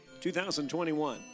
2021